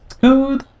good